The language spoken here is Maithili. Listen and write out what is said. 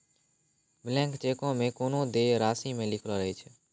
ब्लैंक चेको मे कोनो देय राशि नै लिखलो रहै छै